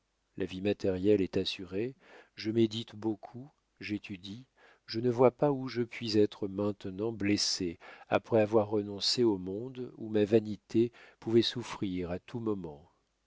la vie matérielle est assurée je médite beaucoup j'étudie je ne vois pas où je puis être maintenant blessé après avoir renoncé au monde où ma vanité pouvait souffrir à tout moment